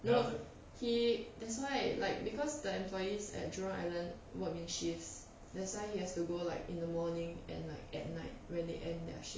no he that's why like because the employees at jurong island work mid shifts that's why he has to go like in the morning and like at night when they end their shift